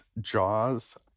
jaws